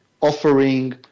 offering